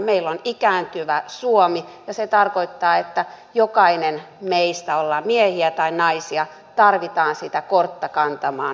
meillä on ikääntyvä suomi ja se tarkoittaa että jokainen meistä olemme miehiä tai naisia tarvitaan sitä kortta kantamaan työelämään